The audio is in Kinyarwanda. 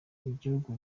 igihugu